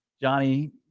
Johnny